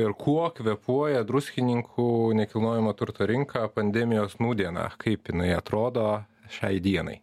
ir kuo kvėpuoja druskininkų nekilnojamo turto rinka pandemijos nūdieną kaip jinai atrodo šiai dienai